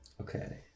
Okay